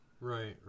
right